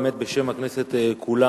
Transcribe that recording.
באמת, בשם הכנסת כולה